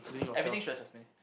everything stresses me